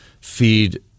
feed